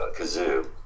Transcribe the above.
kazoo